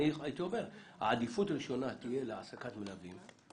אני הייתי אומר שעדיפות ראשונה תהיה להעסקת מלווים,